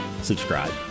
subscribe